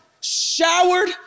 showered